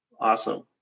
Awesome